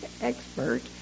expert